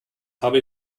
habe